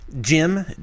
Jim